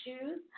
shoes